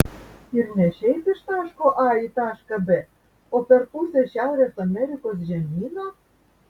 ir ne šiaip iš taško a į tašką b o per pusę šiaurės amerikos žemyno